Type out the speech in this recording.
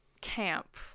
camp